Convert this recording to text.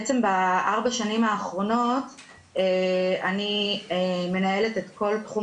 בארבע השנים האחרונות אני מנהלת את כל תחום